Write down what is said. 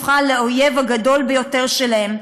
הפכה לאויב הגדול ביותר שלהם.